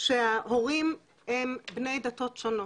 שההורים הם בני דתות שונות,